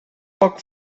poc